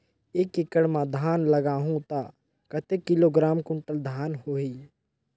एक एकड़ मां धान लगाहु ता कतेक किलोग्राम कुंटल धान होही?